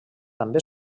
també